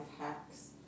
hacks